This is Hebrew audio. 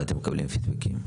ואתם מקבלים פידבקים?